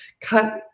cut